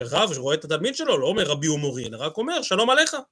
רב שרואה את התלמיד שלו לא אומר רבי ומורי, אלא רק אומר שלום עליך.